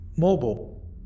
mobile